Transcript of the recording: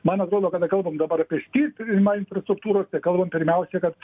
man atrodo kada kalbam dabar apie stiprinimą infrastruktūros kalbam pirmiausia kad